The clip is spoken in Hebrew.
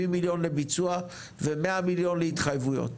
מיליון לביצוע ו-100 מיליון להתחייבויות,